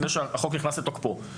שהחוק נכנס לתוקפו.